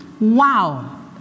Wow